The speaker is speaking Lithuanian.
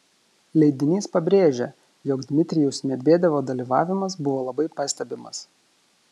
leidinys pabrėžia jog dmitrijaus medvedevo dalyvavimas buvo labai pastebimas